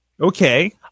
Okay